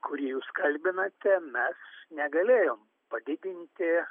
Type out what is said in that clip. kurį jūs kalbinate mes negalėjom padidinti